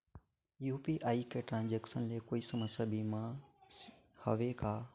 UPI के transaction ले कोई समय सीमा भी हवे का?